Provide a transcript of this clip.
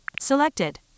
Selected